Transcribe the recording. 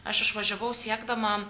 aš išvažiavau siekdama